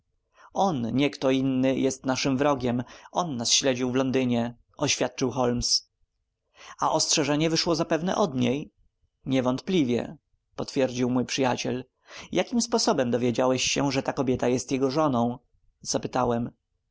on nie kto inny jest naszym wrogiem on nas śledził w londynie oświadczył holmes a ostrzeżenie wyszło zapewne od niej niewątpliwie potwierdził mój przyjaciel jakim sposobem dowiedziałeś się że ta kobieta jest jego żoną spytałem